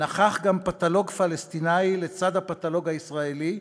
נכח גם, לצד הפתולוג הישראלי,